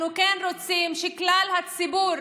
אנחנו כן רוצים שכלל הציבור